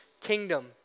kingdom